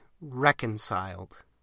reconciled